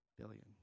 billion